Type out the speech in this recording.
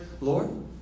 Lord